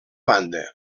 banda